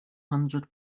hundred